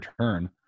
turn